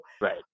right